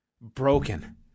broken